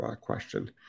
question